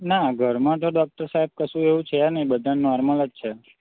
ના ઘરમાં તો ડોક્ટર સાહેબ કશું એવું છે નહીં બધા નોર્મલ જ છે